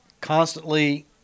constantly